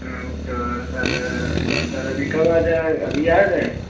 हाँ वह तो सर अभी आ रहे